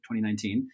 2019